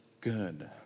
good